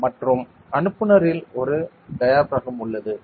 மற்றும் அனுப்புநரில் ஒரு டயாபிறகம் உள்ளது சரி